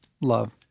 love